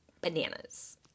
bananas